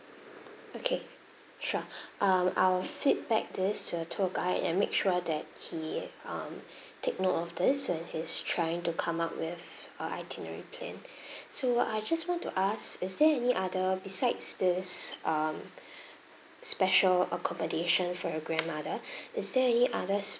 okay sure um I will feedback this to the tour guide and make sure that he um take note of this when he's trying to come up with a itinerary plan so I just want to ask is there any other besides this um special accommodation for your grandmother is there any others